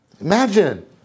Imagine